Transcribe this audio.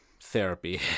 therapy